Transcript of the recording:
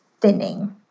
thinning